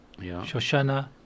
Shoshana